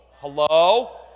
Hello